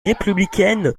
républicaine